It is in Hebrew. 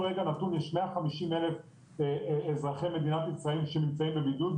רגע נתון יש 150,000 אזרחי מדינת ישראל שנמצאים בבידוד,